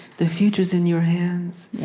the future's in your hands. yeah